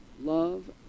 Love